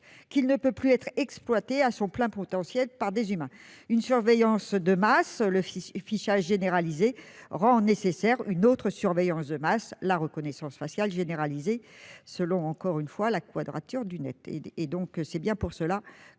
qu'il ne peut plus être exploité à son plein potentiel par des humains. Une surveillance de masse- le fichage généralisé -rend nécessaire une autre surveillance de masse- la reconnaissance faciale généralisée -, selon La Quadrature du Net. C'est la raison pour laquelle